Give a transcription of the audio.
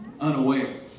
unaware